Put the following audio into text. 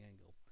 angle